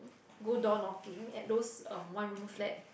go door knocking at those um one room flat